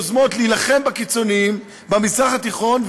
יוזמות להילחם בקיצונים במזרח התיכון,